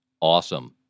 Awesome